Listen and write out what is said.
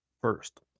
first